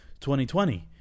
2020